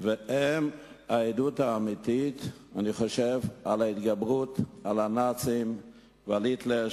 והם העדות האמיתית להתגברות על הנאצים ועל היטלר,